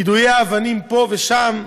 יידויי אבנים פה ושם,